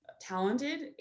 talented